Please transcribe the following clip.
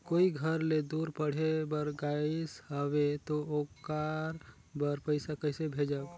कोई घर ले दूर पढ़े बर गाईस हवे तो ओकर बर पइसा कइसे भेजब?